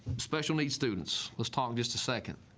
special needs students let's talk just a second